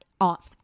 off